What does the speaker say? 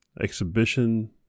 Exhibition